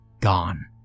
gone